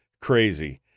crazy